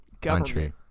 country